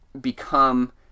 become